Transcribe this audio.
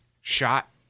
shot